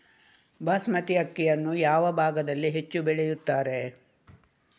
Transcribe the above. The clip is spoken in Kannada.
ಬಾಸ್ಮತಿ ಅಕ್ಕಿಯನ್ನು ಯಾವ ಭಾಗದಲ್ಲಿ ಹೆಚ್ಚು ಬೆಳೆಯುತ್ತಾರೆ?